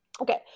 okay